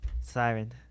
siren